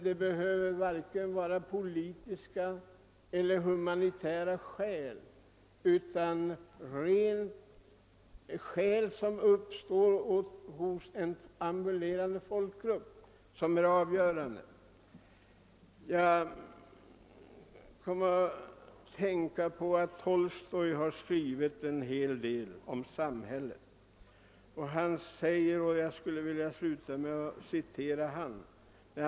Det behöver inte röra sig om politiska eller humanitära skäl utan det gäller problem som uppstår inom en ambulerande folkgrupp. Jag kom att tänka på att Tolstoy skrivit en hel del om samhället och skulle vilja sluta med att citera honom.